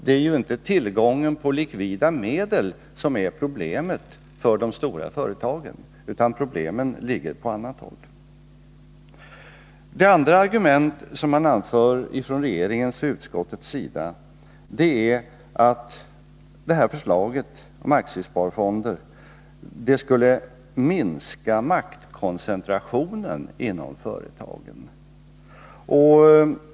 Det är ju inte tillgången på likvida medel som är problemet för de stora företagen, utan det ligger på annat håll. 55 För det andra anför regeringen och utskottsmajoriteten som argument för detta förslag om aktiesparfonder att de skulle minska maktkoncentrationen inom företagen.